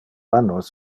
annos